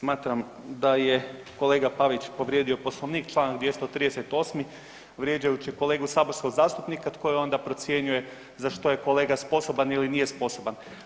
Smatram da je kolega Pavić povrijedio Poslovnik, Članak 238. vrijeđajući kolegu saborskog zastupnika koji onda procjenjuje za što je kolega sposoban ili nije sposoban.